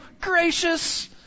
gracious